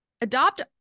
Adopt